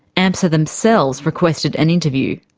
amsa themselves requested an interview.